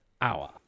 Hour